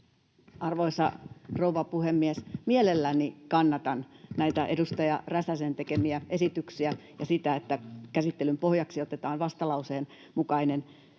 Arvoisa rouva puhemies! Mielelläni kannatan näitä edustaja Räsäsen tekemiä esityksiä ja sitä, että käsittelyn pohjaksi otetaan vastalauseen 1 mukainen pohja.